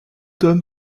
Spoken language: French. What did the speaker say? homme